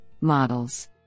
models